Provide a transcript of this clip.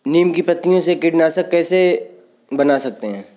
नीम की पत्तियों से कीटनाशक कैसे बना सकते हैं?